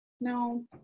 no